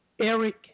Eric